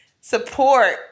support